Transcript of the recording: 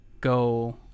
go